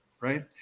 right